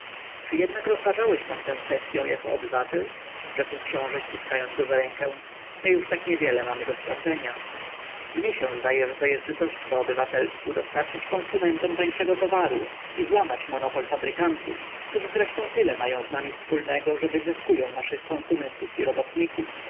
czy jednak rozważyłeś pan tę kwestyą jako obywatel rzekł książe ściskając go za rękę my już tak niewiele mamy do stracenia mnie się zdaje że jest to dość poobywatelsku dostarczyć konsumentom tańszego towaru i złamać monopol fabrykantów którzy zresztą tyle mają z nami wspólnego że wyzyskują naszych konsumentów i robotników